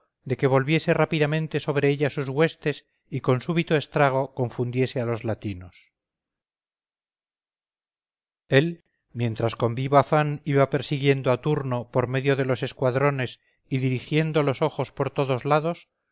de que volviese rápidamente sobre ella sus huestes y con súbito estrago confundiese a los latinos él mientras con vivo afán iba persiguiendo a turno por medio de los escuadrones y dirigiendo los ojos por todos lados